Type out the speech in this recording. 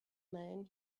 man